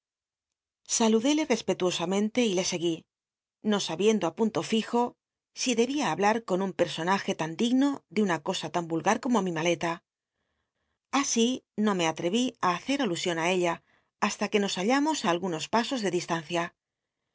aíiadió saludéle respetuosam ente le cguí no sabiendo í punto fijo i debía hablar ti un personaje lan l i gno l e una cosa tan yulgacomo mi maleta así no me alrel'i ú hacer alusion ü ella hasla que nos hallamos á algunos pasos rlc distancia